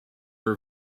her